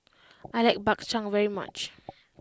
I like Bak Chang very much